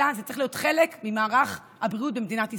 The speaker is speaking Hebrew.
אלא זה צריך להיות חלק ממערך הבריאות במדינת ישראל.